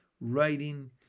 writing